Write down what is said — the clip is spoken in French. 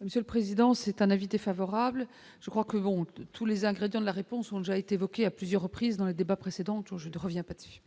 Monsieur le président, c'est un avis défavorable je crois que bon, tous les ingrédients de la réponse ont déjà été évoquée à plusieurs reprises dans le débat précédent tout je ne reviens pas dessus.